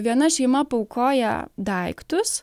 viena šeima paaukoja daiktus